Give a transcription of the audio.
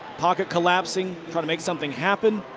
pocket collapsing. trying to make something happen.